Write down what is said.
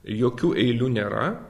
jokių eilių nėra